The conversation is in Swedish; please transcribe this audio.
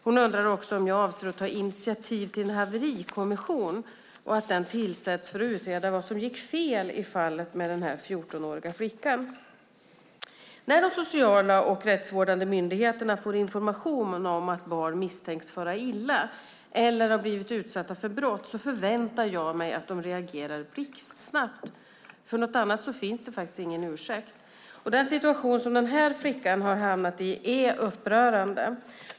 Hon undrar också om jag avser att ta initiativ till att en haverikommission tillsätts för att utreda vad som gick fel i fallet med den 14-åriga flickan. När de sociala och rättsvårdande myndigheterna får information om att barn misstänks fara illa eller har blivit utsatta för brott förväntar jag mig att de reagerar blixtsnabbt. För något annat finns det faktiskt ingen ursäkt. Den situation som den här flickan har hamnat i är upprörande.